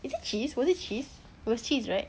is it cheese was it cheese it was cheese right